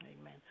Amen